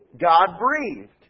God-breathed